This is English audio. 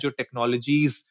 technologies